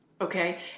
Okay